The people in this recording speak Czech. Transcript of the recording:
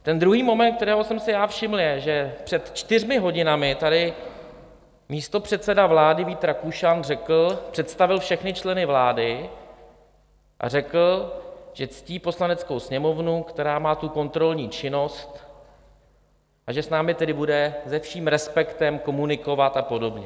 Ten druhý moment, kterého jsem si všiml, je, že před čtyřmi hodinami tady místopředseda vlády Vít Rakušan představil všechny členy vlády a řekl, že ctí Poslaneckou sněmovnu, která má tu kontrolní činnost, a že s námi tedy bude se vším respektem komunikovat a podobně.